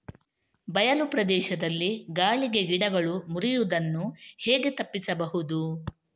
ಬಯಲು ಪ್ರದೇಶದಲ್ಲಿ ಗಾಳಿಗೆ ಗಿಡಗಳು ಮುರಿಯುದನ್ನು ಹೇಗೆ ತಪ್ಪಿಸಬಹುದು?